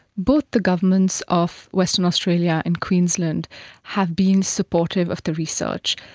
both the governments of western australia and queensland have been supportive of the research.